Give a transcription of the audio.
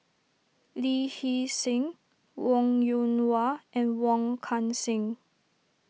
Lee Hee Seng Wong Yoon Nu Wah and Wong Kan Seng